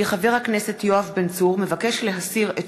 כי חבר הכנסת יואב בן צור מבקש להסיר את